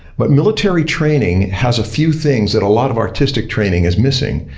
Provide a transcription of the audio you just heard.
but military training has a few things that a lot of artistic training is missing,